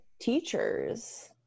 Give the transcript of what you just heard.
teachers